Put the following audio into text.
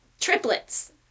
triplets